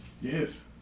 yes